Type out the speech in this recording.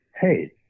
Hey